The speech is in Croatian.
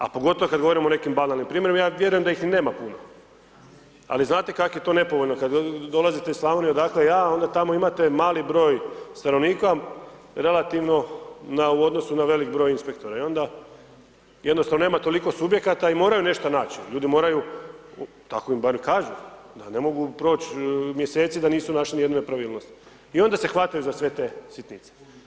A pogotovo kad govorimo o nekim banalnim primjerima, ja vjerujem da ih i nema puno, ali znate kak' je to nepovoljno kad dolazite iz Slavonije, odakle ja, onda tamo imate mali broj stanovnika relativno na, u odnosu na veliki broj inspektora, i onda jednostavno nema toliko subjekata i moraju nešta naći, ljudi moraju, tako im barem kažu, da ne mogu proć' mjeseci da nisu našli ni jednu nepravilnost, i onda se hvataju za sve te sitnice.